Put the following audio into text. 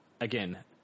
again